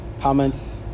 comments